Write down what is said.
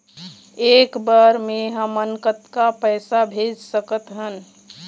एक बर मे हमन कतका पैसा भेज सकत हन?